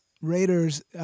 Raiders